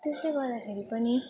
त्यसले गर्दाखेरि पनि